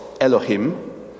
Elohim